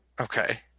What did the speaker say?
Okay